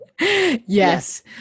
yes